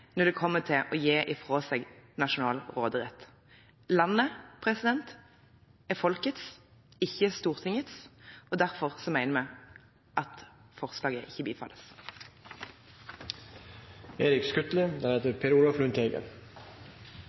når det kommer til å gi fra seg nasjonal råderett. Landet er folkets, ikke Stortingets. Derfor mener vi at forslaget ikke